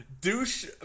douche